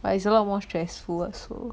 but it's a lot more stressful also